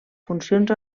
funcions